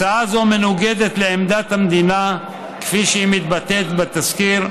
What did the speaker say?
הצעה זו מנוגדת לעמדת המדינה כפי שהיא מתבטאת בתזכיר,